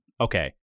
Okay